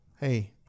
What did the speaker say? Hey